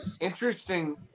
interesting